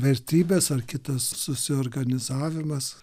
vertybės ar kitas susiorganizavimas